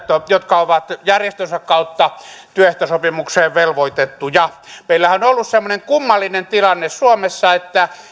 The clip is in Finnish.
jotka ovat järjestönsä kautta työehtosopimukseen velvoitettuja meillähän on ollut semmoinen kummallinen tilanne suomessa että